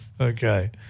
Okay